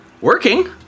working